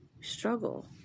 struggle